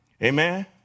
Amen